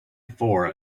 for